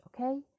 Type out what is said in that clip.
okay